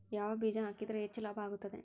ಯಾವ ಬೇಜ ಹಾಕಿದ್ರ ಹೆಚ್ಚ ಲಾಭ ಆಗುತ್ತದೆ?